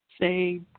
say